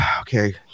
okay